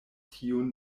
tiun